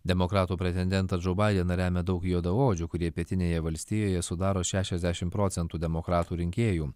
demokratų pretendentą džou baideną remia daug juodaodžių kurie pietinėje valstijoje sudaro šešiasdešim procentų demokratų rinkėjų